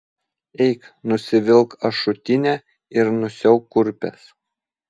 eik nusivilk ašutinę ir nusiauk kurpes